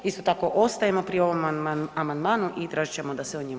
Isto tako ostajemo pri ovom amandmanu i tražit ćemo da se o njemu